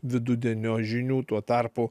vidudienio žinių tuo tarpu